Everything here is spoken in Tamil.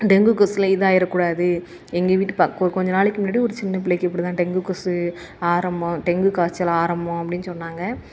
டெங்கு கொசுவால இதாகிறக்கூடாது எங்கள் வீட்டு கொஞ்சம் நாளைக்கு முன்னாடி ஒரு சின்ன பிள்ளைக்கு இப்படிதான் டெங்கு கொசு ஆரம்பம் டெங்கு காய்ச்சல் ஆரம்பம் அப்டின்னு சொன்னாங்க